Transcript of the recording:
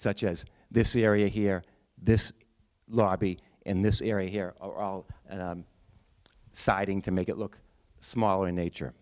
such as this area here this lobby and this area here siding to make it look small in nature